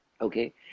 Okay